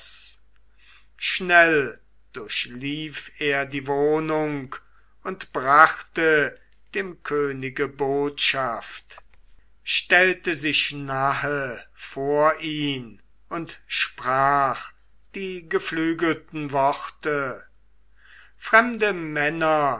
schnell durchlief er die wohnung und brachte dem könige botschaft stellte sich nahe vor ihn und sprach die geflügelten worte fremde männer